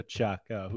Chaka